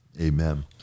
amen